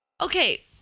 Okay